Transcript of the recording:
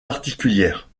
particulières